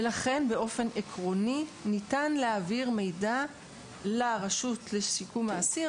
לכן באופן עקרוני ניתן להעביר מידע לרשות לשיקום האסיר.